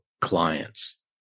clients